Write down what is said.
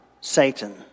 Satan